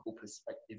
perspective